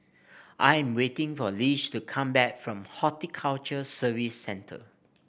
I am waiting for Lish to come back from Horticulture Services Centre